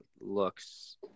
looks